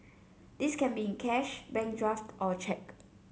this can be in cash bank draft or cheque